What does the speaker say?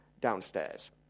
downstairs